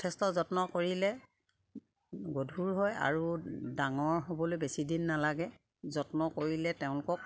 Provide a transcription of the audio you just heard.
যথেষ্ট যত্ন কৰিলে গধুৰ হয় আৰু ডাঙৰ হ'বলৈ বেছিদিন নালাগে যত্ন কৰিলে তেওঁলোকক